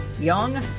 young